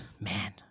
man